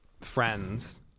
Friends